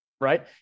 right